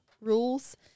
rules